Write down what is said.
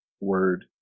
Word